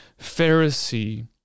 Pharisee